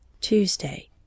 Tuesday